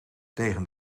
tegen